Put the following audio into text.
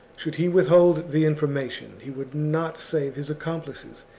should he withhold the information, he would not save his accomplices,